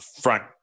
front